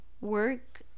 work